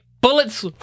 Bullets